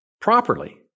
Properly